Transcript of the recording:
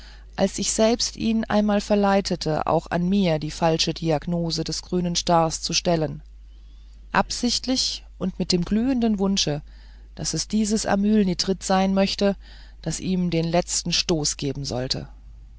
als ich selbst ihn einmal verleitet auch an mir die falsche diagnose des grünen stars zu stellen absichtlich und mit dem glühenden wunsche daß es dieses amylnitrit sein möchte das ihm den letzten stoß geben sollte